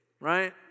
right